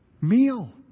meal